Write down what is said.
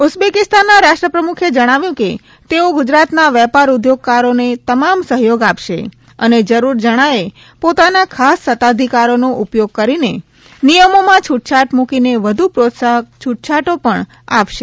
ઉઝબેકિસ્તાનના રાષ્ટ્રપ્રમુખ જણાવ્યું કે તેઓ ગુજરાતના વેપાર ઊદ્યોગકારોને તમામ સહયોગ આપશે અને જરૂર જણાયે પોતાના ખાસ સત્તાધિકારોનો ઉપયોગ કરીને નિયમોમાં છૂટછાટ મૂકીને વધુ પ્રોત્સાહક છૂટછાટો પણ આપશે